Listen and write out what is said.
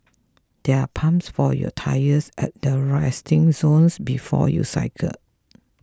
there are pumps for your tyres at the resting zones before you cycle